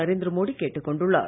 நரேந்திரமோடி கேட்டுக் கொண்டுள்ளார்